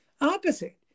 opposite